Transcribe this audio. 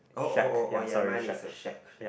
oh oh oh oh ya mine is a shack shack